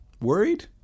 worried